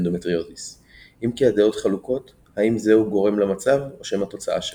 באנדומטריוזיס אם כי הדעות חלוקות האם זהו גורם למצב או שמא תוצאה שלו.